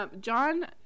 John